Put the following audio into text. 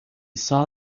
saw